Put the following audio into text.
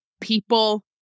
people